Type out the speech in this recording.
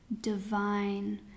divine